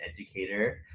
educator